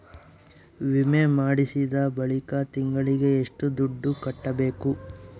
ವಿಮೆ ಮಾಡಿಸಿದ ಬಳಿಕ ತಿಂಗಳಿಗೆ ಎಷ್ಟು ದುಡ್ಡು ಕಟ್ಟಬೇಕು?